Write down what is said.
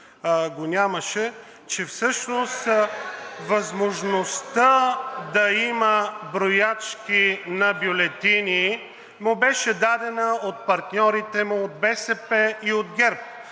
от ДПС), че всъщност възможността да има броячки на бюлетини му беше дадена от партньорите му от БСП и от ГЕРБ,